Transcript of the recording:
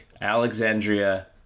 Alexandria